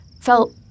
Felt